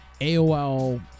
aol